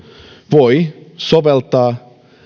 voi soveltaa